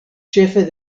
ĉefe